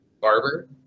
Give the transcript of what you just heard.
Barber